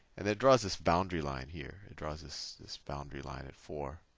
and it draws this boundary line here. it draws this this boundary line at four.